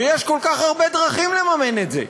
יש כל כך הרבה דרכים לממן את זה,